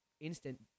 instant